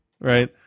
right